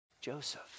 Joseph